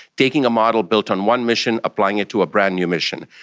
taking a model built on one mission, applying it to a brand-new mission.